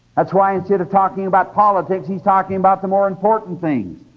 that's why instead of talking about politics he's talking about the more important things.